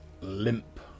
limp